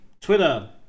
Twitter